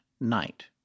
night